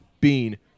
Bean